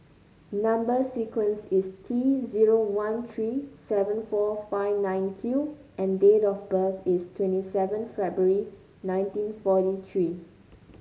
number sequence is T zero one three seven four five nine Q and date of birth is twenty seven February nineteen forty three